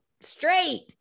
straight